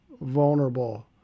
vulnerable